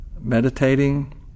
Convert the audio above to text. meditating